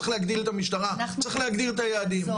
צריך להגדיל את המשטרה, צריך להגדיל את היעדים.